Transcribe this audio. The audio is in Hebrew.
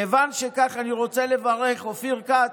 כיוון שכך, אני רוצה לברך, אופיר כץ,